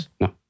No